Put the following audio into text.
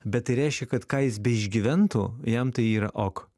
bet tai reiškia kad ką jis beišgyventų jam tai yra ok